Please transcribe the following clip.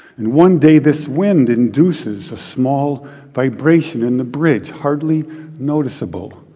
and one day, this wind induces a small vibration in the bridge, hardly noticeable,